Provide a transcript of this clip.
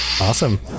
awesome